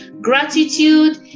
Gratitude